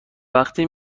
وقتی